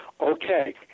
Okay